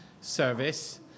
service